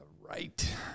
Right